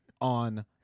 on